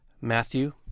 Matthew